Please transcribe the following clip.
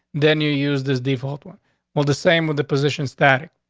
then you use this default one well, the same with the position static.